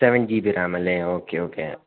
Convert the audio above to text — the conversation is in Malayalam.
സെവൻ ജി ബി റാമല്ലേ ഓക്കെ ഓക്കെ